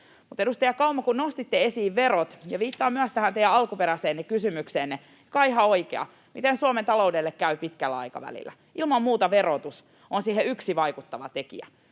edustaja Kauma, kun nostitte esiin verot — ja viittaan myös tähän teidän alkuperäiseen kysymykseenne, joka on ihan oikea: miten Suomen taloudelle käy pitkällä aikavälillä? Ilman muuta verotus on yksi siihen vaikuttava tekijä.